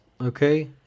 okay